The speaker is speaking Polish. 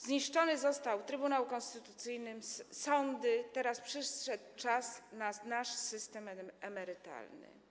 Zniszczony został Trybunał Konstytucyjny, sądy, teraz przyszedł czas na nasz system emerytalny.